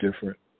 different